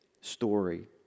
story